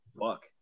Fuck